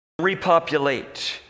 repopulate